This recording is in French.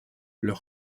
leur